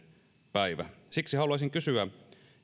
päivä siksi haluaisin kysyä